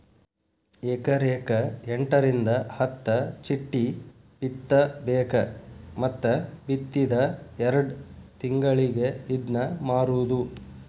ಎಕರೆಕ ಎಂಟರಿಂದ ಹತ್ತ ಚಿಟ್ಟಿ ಬಿತ್ತಬೇಕ ಮತ್ತ ಬಿತ್ತಿದ ಎರ್ಡ್ ತಿಂಗಳಿಗೆ ಇದ್ನಾ ಮಾರುದು